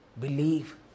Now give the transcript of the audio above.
believe